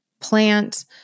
plant